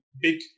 big